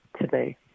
today